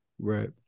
Right